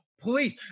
please